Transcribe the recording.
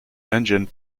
engine